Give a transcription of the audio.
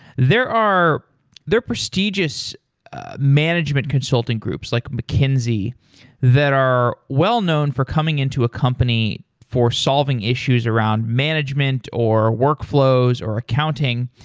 there are there are prestigious management consulting groups, like mckinzey that are well-known for coming into a company for solving issues around management or workflows or accounting,